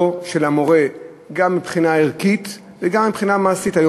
גם מבחינה ערכית וגם מבחינה מעשית.